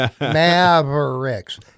Mavericks